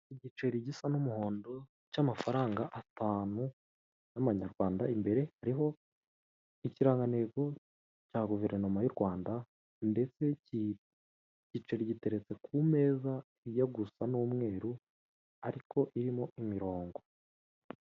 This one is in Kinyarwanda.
Igiceri gisa n'umuhondo cy'amafaranga atunu y'Amanyarwanda imbere hariho ikirangantego cya guverinoma y' u Rwanda ndetse igiceri giteretse ku meza ajya gusa n'umweru ariko irimo imirongo.